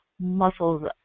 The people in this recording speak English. muscles